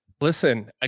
Listen